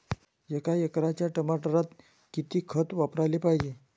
एका एकराच्या टमाटरात किती खत वापराले पायजे?